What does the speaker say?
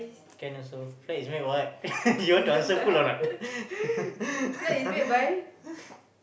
can also flag is made of what you want to answer full or not